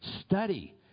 Study